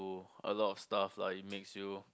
to a lot of stuff lah it makes you